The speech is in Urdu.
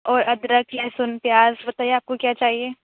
اور ادرک لہسن پیاز بتائیے آپ کو کیا چاہیے